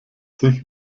sich